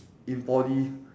in poly